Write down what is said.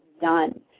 done